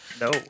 No